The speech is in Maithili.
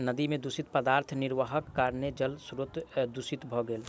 नदी में दूषित पदार्थ निर्वाहक कारणेँ जल स्त्रोत दूषित भ गेल